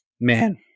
man